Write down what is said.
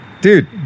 dude